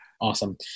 awesome